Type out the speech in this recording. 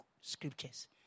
scriptures